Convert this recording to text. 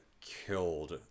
killed